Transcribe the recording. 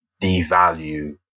devalue